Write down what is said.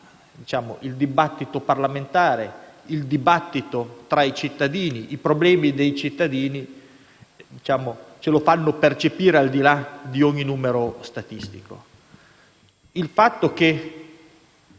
il dibattito parlamentare, quello tra i cittadini, i problemi dei cittadini ce lo fanno percepire al di là di ogni numero statistico. Il fatto che,